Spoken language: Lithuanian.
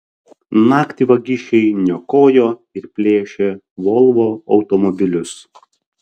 naktį vagišiai niokojo ir plėšė volvo automobilius